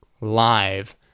live